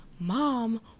mom